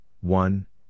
one